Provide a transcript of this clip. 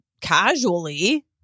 Casually